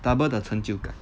double the 成就感